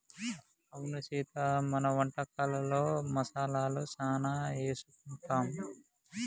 అవును సీత మన వంటకాలలో మసాలాలు సానా ఏసుకుంటాం